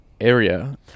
area